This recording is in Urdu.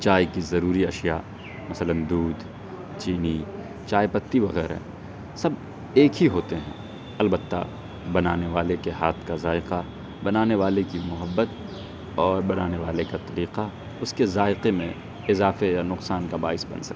چائے کی ضروری اشیا مثلاً دودھ چینی چائے پتی وغیرہ سب ایک ہی ہوتے ہیں البتہ بنانے والے کے ہاتھ کا ذائقہ بنانے والے کی محبت اور بنانے والے کا طریقہ اس کے ذائقے میں اضافے یا نقصان کا باعث بن سکتا ہے